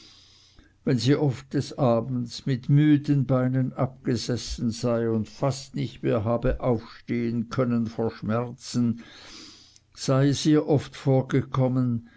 wenn sie so oft des abends mit müden beinen abgesessen sei und fast nicht mehr habe aufstehen können vor schmerzen sei es ihr oft vorgekommen